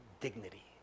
dignity